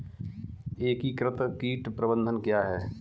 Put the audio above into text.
एकीकृत कीट प्रबंधन क्या है?